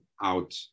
out